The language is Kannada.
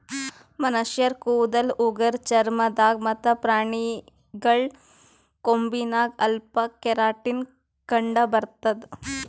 ಮನಶ್ಶರ್ ಕೂದಲ್ ಉಗುರ್ ಚರ್ಮ ದಾಗ್ ಮತ್ತ್ ಪ್ರಾಣಿಗಳ್ ಕೊಂಬಿನಾಗ್ ಅಲ್ಫಾ ಕೆರಾಟಿನ್ ಕಂಡಬರ್ತದ್